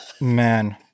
Man